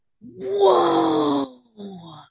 Whoa